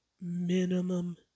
Minimum